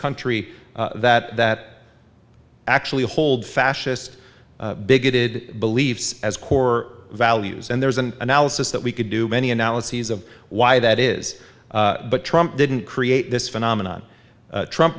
country that that actually i hold fascist bigoted beliefs as core values and there's an analysis that we could do many analyses of why that is but trump didn't create this phenomenon trump